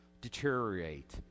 deteriorate